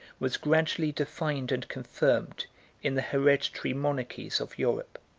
was gradually defined and confirmed in the hereditary monarchies of europe.